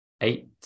eight